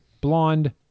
Blonde